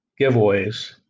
giveaways